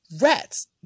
Rats